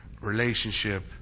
relationship